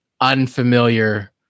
unfamiliar